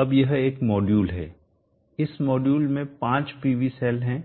अब यह एक मॉड्यूल है इस मॉड्यूल एक में पांच PV सेल हैं